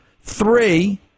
three